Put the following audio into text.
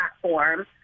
platform